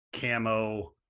camo